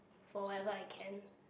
for whatever I can